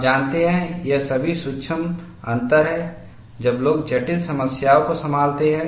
आप जानते हैं ये सभी सूक्ष्म अंतर हैं जब लोग जटिल समस्याओं को संभालते हैं